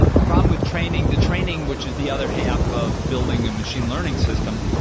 the problem with training, the training which is the other half of building a machine learning system,